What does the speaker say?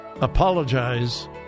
apologize